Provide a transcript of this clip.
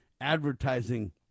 advertising